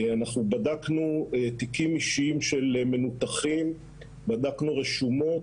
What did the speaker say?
אנחנו בדקנו תיקים אישיים של מנותחים ובדקנו רשומות,